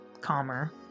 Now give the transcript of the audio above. calmer